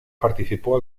participó